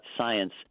science